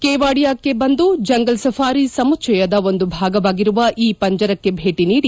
ಕೆವಾಡಿಯಾಕ್ಕೆ ಬಂದು jungle safari ಸಮುಚ್ಗಯದ ಒಂದು ಭಾಗವಾಗಿರುವ ಈ ಪಂಜರಕ್ಕೆ ಭೇಟಿ ನೀಡಿ